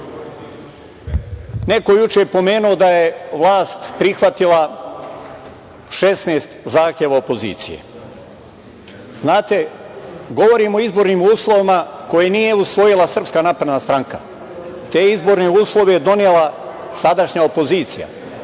Neko je juče pomenuo da je vlast prihvatila 16 zahteva opozicije. Znate, govorim o izbornim uslovima koje nije usvojila SNS. Te izborne uslove je donela sadašnja opozicija